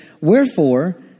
Wherefore